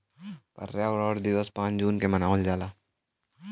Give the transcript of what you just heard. पर्यावरण दिवस पाँच जून के मनावल जाला